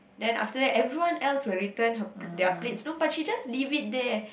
then after that everyone else will return her pla~ their plates but no she just leave it there